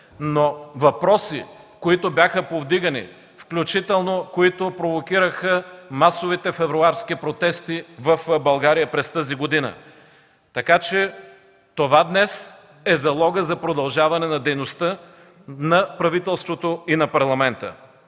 въпроси, които бяха повдигани, включително, които провокираха масовите февруарски протести в България през тази година? Така че това днес е залогът за продължаване на дейността на правителството и на Парламента.